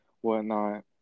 whatnot